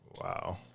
Wow